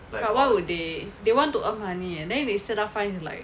but why would they they want to earn money eh and they set up fund like